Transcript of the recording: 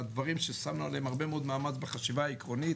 דברים ששמנו עליהם הרבה מאוד מאמץ בחשיבה עקרונית